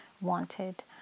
wanted